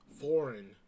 foreign